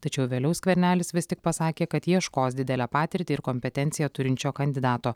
tačiau vėliau skvernelis vis tik pasakė kad ieškos didelę patirtį ir kompetenciją turinčio kandidato